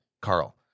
Carl